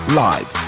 live